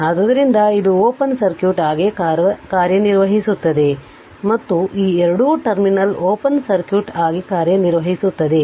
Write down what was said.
ಆದ್ದರಿಂದ ಇದು open circuit ಆಗಿ ಕಾರ್ಯನಿರ್ವಹಿಸುತ್ತದೆ ಮತ್ತು ಈ ಎರಡು ಟರ್ಮಿನಲ್ ಓಪನ್ ಸರ್ಕ್ಯೂಟ್ ಆಗಿ ಕಾರ್ಯನಿರ್ವಹಿಸುತ್ತದೆ